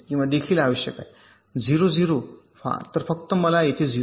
देखील आवश्यक आहे 0 0 व्हा तर फक्त मला येथे 0 मिळेल